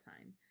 Time